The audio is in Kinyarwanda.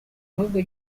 ahubwo